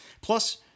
Plus